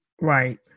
Right